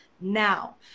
now